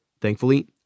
Thankfully